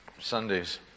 Sundays